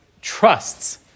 trusts